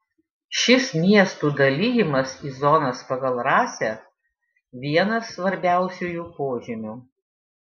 šis miestų dalijimas į zonas pagal rasę vienas svarbiausiųjų požymių